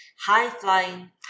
high-flying